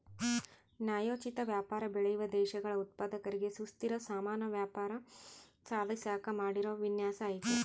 ನ್ಯಾಯೋಚಿತ ವ್ಯಾಪಾರ ಬೆಳೆಯುವ ದೇಶಗಳ ಉತ್ಪಾದಕರಿಗೆ ಸುಸ್ಥಿರ ಸಮಾನ ವ್ಯಾಪಾರ ಸಾಧಿಸಾಕ ಮಾಡಿರೋ ವಿನ್ಯಾಸ ಐತೆ